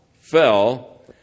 fell